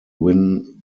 win